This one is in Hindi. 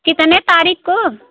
कितने तारीख को